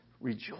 rejoice